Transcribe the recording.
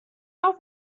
auch